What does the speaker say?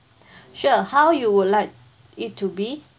sure how you would like it to be